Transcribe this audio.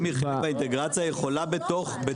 אם היא חלק מהאינטגרציה היא יכולה בתוכה?